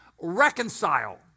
reconcile